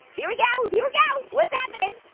here we go, here we go. what's happening?